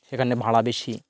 সেখানে ভাড়া বেশি